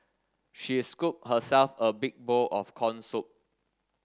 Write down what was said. she scooped herself a big bowl of corn soup